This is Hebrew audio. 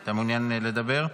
אתה מעוניין לדבר?